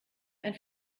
ein